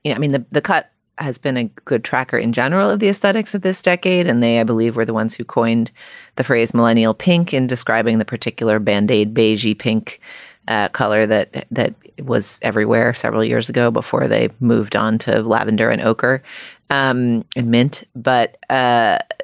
yeah i mean, the the cut has been a good tracker in general of the aesthetics of this decade. and they, i believe, were the ones who coined the phrase millennial pink in describing the particular band-aid bayji pink ah color that that was everywhere several years ago before they moved on to lavender and ochre um and mint. but ah